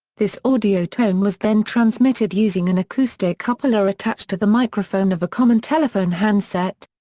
this audio tone was then transmitted using an acoustic coupler attached to the microphone of a common telephone handset.